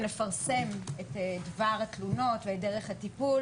לפרסם את דבר התלונות ואת דרך הטיפול